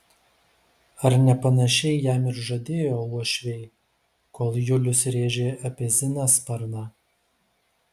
ar ne panašiai jam ir žadėjo uošviai kol julius rėžė apie ziną sparną